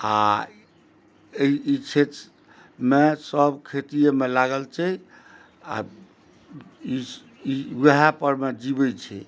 आ एहि क्षेत्रमे सब खेतीयेमे लागल छै आ ई वहए परमे जीबै छै